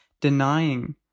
denying